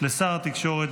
לשר התקשורת,